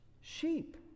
Sheep